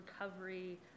recovery